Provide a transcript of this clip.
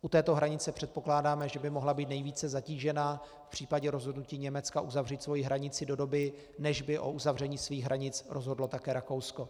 U této hranice předpokládáme, že by mohla být nejvíce zatížena v případě rozhodnutí Německa uzavřít svoji hranici do doby, než by o uzavření svých hranic rozhodlo také Rakousko.